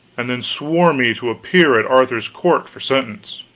and then swore me to appear at arthur's court for sentence.